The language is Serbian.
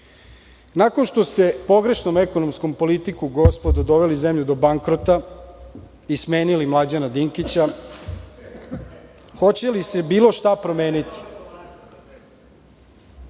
što ste pogrešnom ekonomskom politiku gospodo, doveli zemlju do bankrota i smenili Mlađana Dinkića, hoće li se bilo šta promeniti?